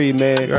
man